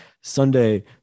Sunday